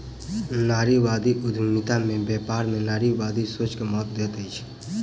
नारीवादी उद्यमिता में व्यापार में नारीवादी सोच के महत्त्व दैत अछि